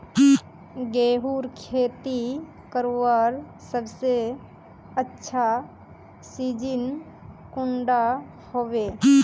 गेहूँर खेती करवार सबसे अच्छा सिजिन कुंडा होबे?